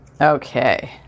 Okay